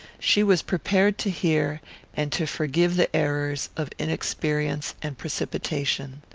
she was prepared to hear and to forgive the errors of inexperience and precipitation.